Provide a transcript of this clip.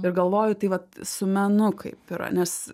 ir galvoju tai vat su menu kaip yra nes